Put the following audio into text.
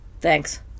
Thanks